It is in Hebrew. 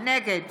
נגד